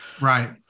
Right